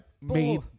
made